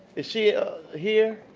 is she here?